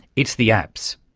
it's the apps.